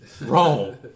Wrong